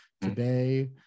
today